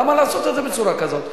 למה לעשות את זה בצורה כזאת?